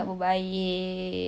khabar baik